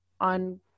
on